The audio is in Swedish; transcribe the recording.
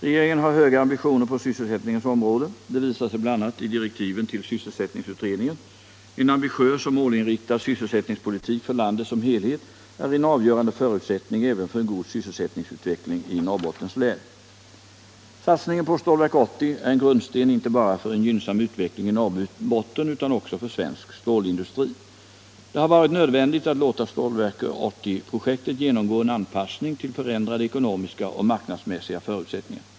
Regeringen har höga ambitioner på sysselsättningens område. Det visar sig bl.a. i direktiven till sysselsättningsutredningen. Em ambitiös och målinriktad sysselsättningspolitik för landet som helhet är en avgörande förutsättning även för en god sysselsättningsutveckling i Norrbottens län. Satsningen på Stålverk 80 är en grundsten inte bara för en gynnsam utveckling i Norrbotten utan också för svensk stålindustri. Det har varit nödvändigt att låta Stålverk 80-projektet genomgå en anpassning till förändrade ekonomiska och marknadsmässiga förutsättningar.